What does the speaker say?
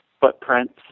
footprints